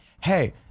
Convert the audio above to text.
hey